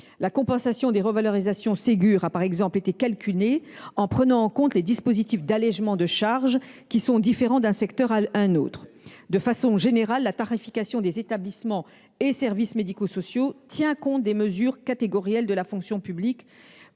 La compensation des revalorisations du Ségur a par exemple été calculée en prenant en compte les dispositifs d’allégement de charges, différents d’un secteur à un autre. De façon générale, la tarification des établissements et services médico sociaux tient compte des mesures catégorielles de la fonction publique